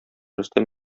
рөстәм